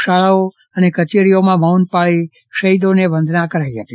શાળાઓ કચેરીઓમાં મૌન રાખી શહીદોને વંદના કરાઈ હતી